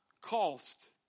cost